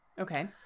Okay